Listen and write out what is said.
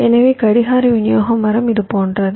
எனவே கடிகார விநியோக மரம் இதுபோன்றது